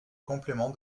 complément